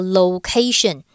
location